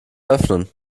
öffnen